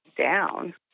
down